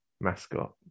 mascot